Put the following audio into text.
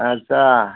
अच्छा